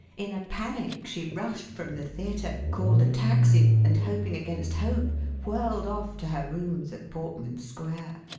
in a panic she rushed from the theatre, called a taxi, and, hoping against hope, whirled off to her rooms at portman square.